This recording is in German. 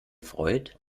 freud